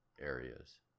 areas